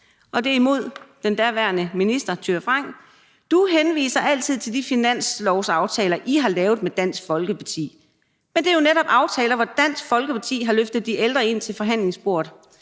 hendes opslag om den daværende minister Thyra Frank: »Du henviser altid til de finanslovs-aftaler, I har lavet med Dansk Folkeparti. Men det er jo netop aftaler, hvor Dansk Folkeparti har løftet de ældre ind til forhandlingsbordet.